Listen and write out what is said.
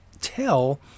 tell